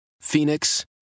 Phoenix